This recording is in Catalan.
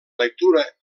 lectura